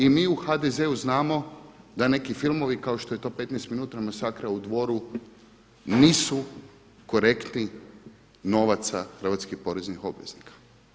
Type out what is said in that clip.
I mi u HDZ-u znamo da neki filmovi kao što je to Petnaest minuta masakra u dvoru nisu korektni novaca hrvatskih poreznih obveznika.